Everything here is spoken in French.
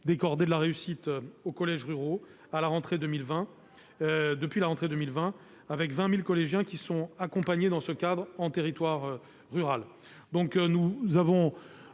cordées de la réussite aux collèges ruraux depuis la rentrée 2020 : quelque 20 000 collégiens sont accompagnés dans ce cadre en territoire rural.